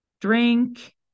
drink